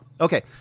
Okay